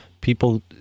people